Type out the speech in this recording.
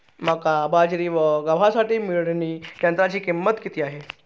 मका, बाजरी व गव्हासाठी मळणी यंत्राची किंमत किती आहे?